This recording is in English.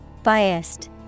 Biased